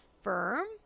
firm